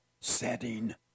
setting